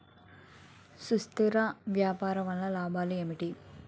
సుస్థిర వ్యవసాయం వల్ల లాభాలు ఏంటి?